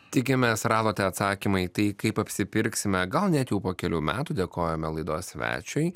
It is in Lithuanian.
tikimės radote atsakymą į tai kaip apsipirksime gal net jau po kelių metų dėkojame laidos svečiui